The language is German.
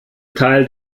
teil